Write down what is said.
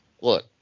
look